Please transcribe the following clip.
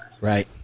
Right